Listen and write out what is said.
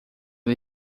ele